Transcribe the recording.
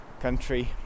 country